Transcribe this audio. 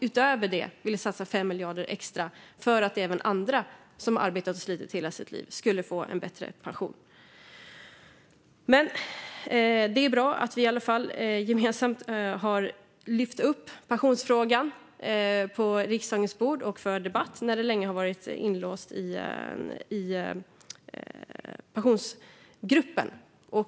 Utöver detta ville vi satsa 5 miljarder extra för att även andra som arbetat och slitit hela sitt liv skulle få en bättre pension. Det är i alla fall bra att vi gemensamt har lyft upp pensionsfrågan på riksdagens bord och att vi har en debatt, då frågan länge har varit inlåst i Pensionsgruppen.